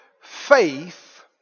faith